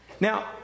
Now